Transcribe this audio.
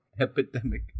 Epidemic